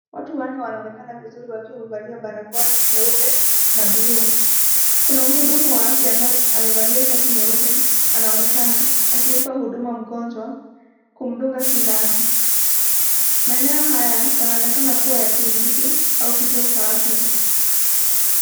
Watu wawili wanaonekana vizuri wakiwa wamevalia barakoa, nyeupe na buluu, kuna mhudumu wa afya ambaye amevalia shati nyeupe, anaonekana akimoa huduma mgonjwa, kumdunga sindano, maeneo haya yanaonekana kuwa kituo cha kliniki, au kituo cha afya.